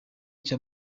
cya